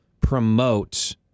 promote